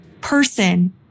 person